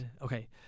Okay